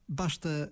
basta